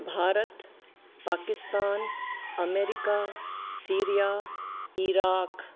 Bharat Pakistan America Syria Iraq